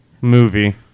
movie